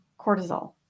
cortisol